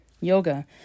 yoga